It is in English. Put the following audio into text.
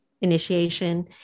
initiation